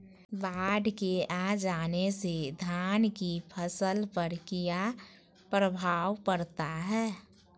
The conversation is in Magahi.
बाढ़ के आ जाने से धान की फसल पर किया प्रभाव पड़ता है?